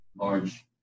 large